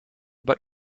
but